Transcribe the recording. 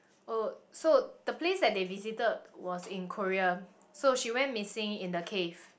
oh so the place that they visited was in Korea so she went missing in the case